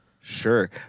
Sure